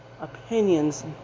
opinions